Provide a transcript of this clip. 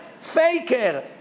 faker